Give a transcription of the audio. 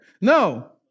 No